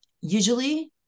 usually